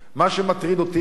מה שמטריד אותי,